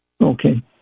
okay